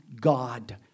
God